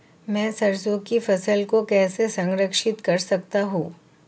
मैं सरसों की फसल को कैसे संरक्षित कर सकता हूँ?